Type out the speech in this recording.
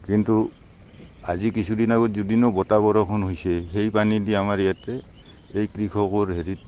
কিন্তু আজি কিছুদিন আগত দুদিনো বতাহ বৰষুণ হৈছে সেই পানীদি আমাৰ ইয়াতে এই কৃষকৰ হেৰিত